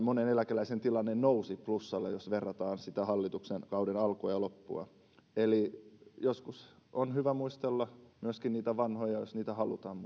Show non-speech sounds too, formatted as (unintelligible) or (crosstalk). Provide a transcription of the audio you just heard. (unintelligible) monen eläkeläisen tilanne nousi plussalle jos verrataan sitä hallituksen kauden alkua ja loppua eli joskus on hyvä muistella myöskin niitä vanhoja jos niitä halutaan (unintelligible)